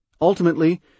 Ultimately